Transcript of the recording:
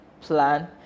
plan